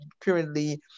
currently